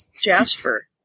Jasper